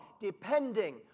depending